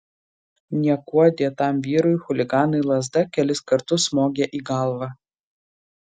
niekuo dėtam vyrui chuliganai lazda kelis kartus smogė į galvą